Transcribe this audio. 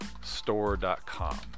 store.com